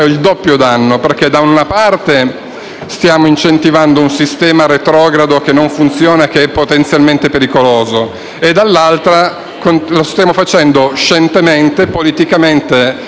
stiamo incentivando un sistema retrogrado che non funziona e che è potenzialmente pericoloso e dall'altra lo stiamo facendo scientemente e politicamente convinti, perché bisogna